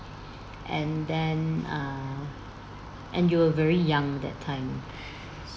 and then err and you were very young that time